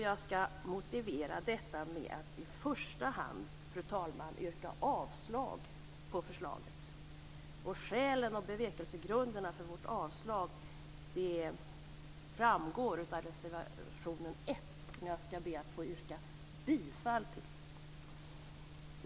Jag vill därför i första hand, fru talman, yrka avslag på förslaget. Skälen och bevekelsegrunderna för vårt avslag framgår av reservation 1, som jag skall be att få yrka bifall till.